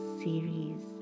series